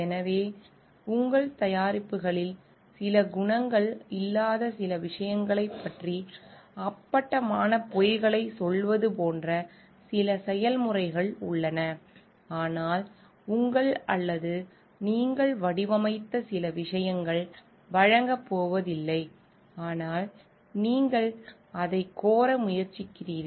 எனவே உங்கள் தயாரிப்புகளில் சில குணங்கள் இல்லாத சில விஷயங்களைப் பற்றி அப்பட்டமான பொய்களைச் சொல்வது போன்ற சில செயல்முறைகள் உள்ளன ஆனால் உங்கள் அல்லது நீங்கள் வடிவமைத்த சில விஷயங்கள் வழங்கப் போவதில்லை ஆனால் நீங்கள் அதைக் கோர முயற்சிக்கிறீர்கள்